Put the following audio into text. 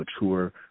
mature